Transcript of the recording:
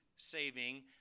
Saving